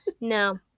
No